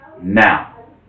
now